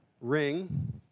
ring